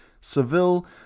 Seville